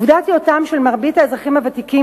עובדת היותם של מרבית האזרחים הוותיקים